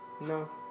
No